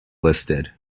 listed